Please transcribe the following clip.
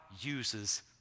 uses